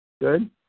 Good